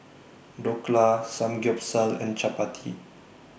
Dhokla Samgyeopsal and Chapati